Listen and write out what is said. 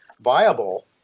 viable